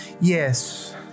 Yes